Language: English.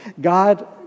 God